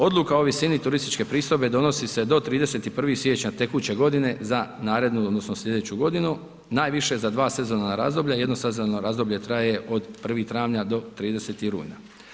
Odluka o visini turističke pristojbe donosi se do 31. siječnja tekuće godine za narednu odnosno slijedeću godinu, najviše za dva sezovna razdoblja, jedno sezovno razdoblje traje od 1. travnja do 30. rujna.